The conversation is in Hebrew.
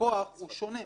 הלקוח הוא שונה.